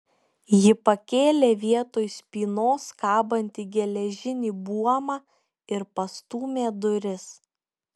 ji pakėlė vietoj spynos kabantį geležinį buomą ir pastūmė duris